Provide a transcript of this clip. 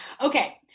Okay